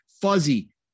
Fuzzy